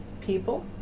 people